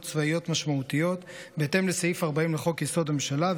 צבאיות משמעותיות בהתאם לסעיף 40 לחוק-יסוד: הממשלה,